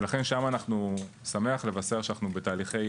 ולכן שם אני שמח לבשר שאנחנו בתהליכי